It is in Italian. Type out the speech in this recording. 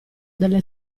delle